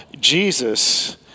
Jesus